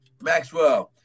Maxwell